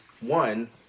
one